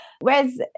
Whereas